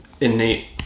innate